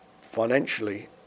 financially